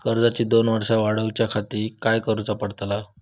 कर्जाची दोन वर्सा वाढवच्याखाती काय करुचा पडताला?